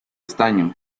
estaño